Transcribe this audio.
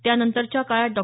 त्यानंतरच्या काळात डॉ